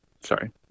Sorry